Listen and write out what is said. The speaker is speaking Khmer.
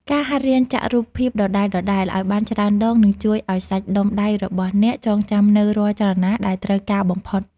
ការហាត់រៀនចាក់រូបភាពដដែលៗឱ្យបានច្រើនដង នឹងជួយឱ្យសាច់ដុំដៃរបស់អ្នកចងចាំនូវរាល់ចលនាដែលត្រូវការបំផុត។